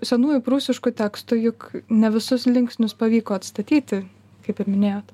senųjų prūsiškų tekstų juk ne visus linksnius pavyko atstatyti kaip ir minėjot